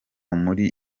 muri